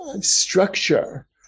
structure